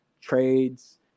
trades